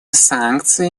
санкции